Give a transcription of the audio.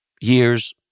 years